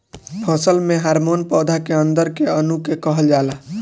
फसल में हॉर्मोन पौधा के अंदर के अणु के कहल जाला